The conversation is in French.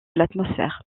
l’atmosphère